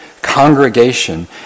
congregation